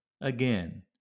again